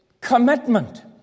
commitment